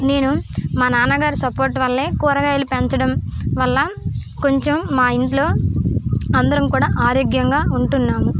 నేను మా నాన్నగారు సపోర్ట్ వల్లే కూరగాయలు పెంచడం వల్ల కొంచెం మా ఇంట్లో అందరం కూడా ఆరోగ్యంగా ఉంటున్నాము